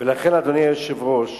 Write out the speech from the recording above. לכן, אדוני היושב-ראש,